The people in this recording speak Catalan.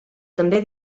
també